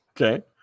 okay